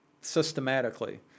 systematically